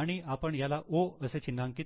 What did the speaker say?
आणि आपण ह्याला 'O' असे चिन्हांकित करून